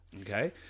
Okay